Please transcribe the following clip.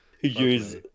use